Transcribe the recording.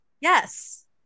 Yes